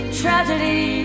tragedy